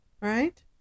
Right